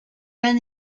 been